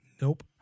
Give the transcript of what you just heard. nope